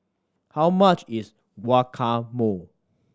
how much is Guacamole